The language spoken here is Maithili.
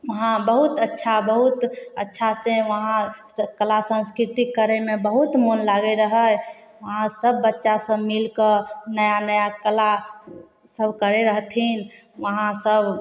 वहाँ बहुत अच्छा बहुत अच्छा से वहाँ कला संस्कीर्ति करैमे बहुत मोन लागै रहै वहाँ सब बच्चा सब मीलिकऽ नया नया कला सब करै रहथिन वहाँ सब